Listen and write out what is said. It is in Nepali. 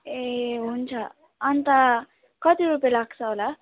ए हुन्छ अनि त कति रुपियाँ लाग्छ होला